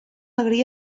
alegria